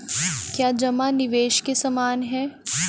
क्या जमा निवेश के समान है?